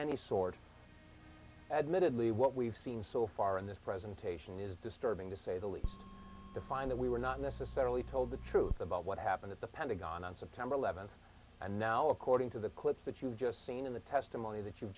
any sort admittedly what we've seen so far in this presentation is disturbing to say the least to find that we were not necessarily told the truth about what happened at the pentagon on september eleventh and now according to the clips that you've just seen in the testimony that you've